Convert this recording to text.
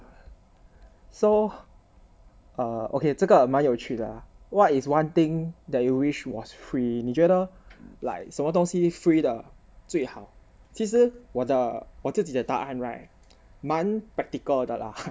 so uh okay 这个蛮有趣的 what is one thing that you wish was free 你觉得 like 什么东西 free 的最好其实我的我自己的答案 right 蛮 practical 的 lah